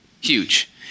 Huge